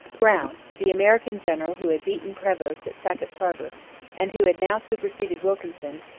brown, the american general who had beaten prevost at sackett's harbour and who had now superseded wilkinson,